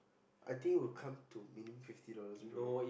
I think will come to minimum fifty dollars bro